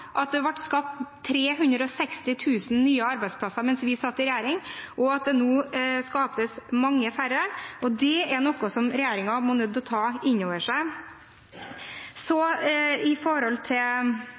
at det ble skapt 360 000 nye arbeidsplasser mens vi satt i regjering, og at det nå skapes mange færre, og det er noe som regjeringen er nødt til å ta inn over seg.